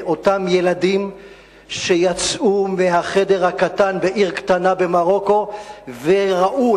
אותם ילדים שיצאו מה"חדר" הקטן בעיר קטנה במרוקו וראו,